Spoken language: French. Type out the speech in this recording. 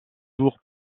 tour